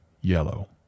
Yellow